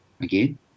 again